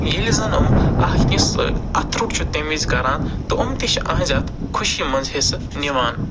ییٚلہِ زَن یِم اکھ أکِس اَتھٕ روٚٹ چھِ تَمہِ وِزِ کران تہٕ یِم تہِ چھِ یِہٕنٛزِ اَتھ خوشی مَنٛز حِصہٕ نِوان